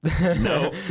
No